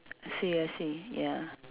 I see I see ya